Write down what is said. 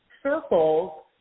Circles